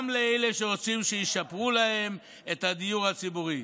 לאלה שרוצים שישפרו להם את הדיור הציבורי.